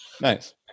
Nice